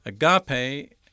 Agape